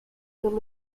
could